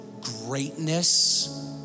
greatness